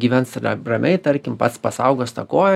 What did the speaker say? gyvens ra ramiai tarkim pats pasaugos tą koją